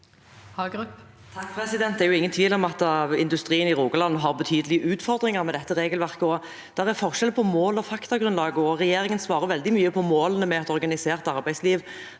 Hagerup (H) Det er ingen tvil om at industrien i Rogaland har betydelige utfordringer med dette regelverket. Det er forskjell på mål og faktagrunnlag, og mens regjeringen svarer veldig mye med målet om et organisert arbeidsliv